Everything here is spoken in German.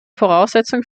voraussetzungen